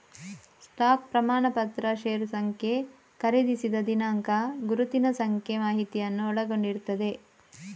stock ಪ್ರಮಾಣಪತ್ರ ಷೇರು ಸಂಖ್ಯೆ, ಖರೀದಿಸಿದ ದಿನಾಂಕ, ಗುರುತಿನ ಸಂಖ್ಯೆ ಮಾಹಿತಿಯನ್ನ ಒಳಗೊಂಡಿರ್ತದೆ